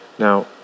Now